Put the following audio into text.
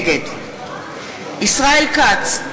נגד ישראל כץ,